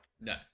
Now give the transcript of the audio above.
no